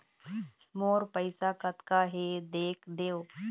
मोर पैसा कतका हे देख देव?